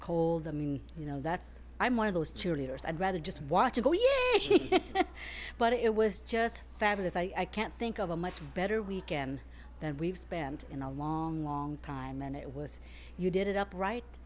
cold i mean you know that's i'm one of those cheerleaders i'd rather just watch you go you know but it was just fabulous i can't think of a much better weekend that we've spent in a long long time and it was you did it up right